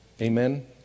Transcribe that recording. Amen